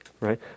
right